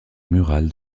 murale